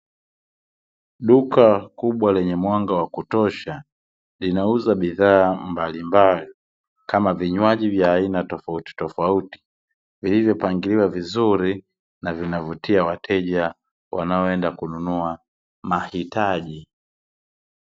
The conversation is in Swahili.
Duka kubwa lenye mwanga wakutosha linauza bidhaa mbalimbali kama vinywaji vya aina tofautitofauti vilivyopangiliwa vizuri na vinavutia wateja wanaoenda kununua mahitaji.